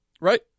right